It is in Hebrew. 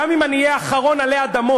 גם אם אני אהיה האחרון עלי האדמות,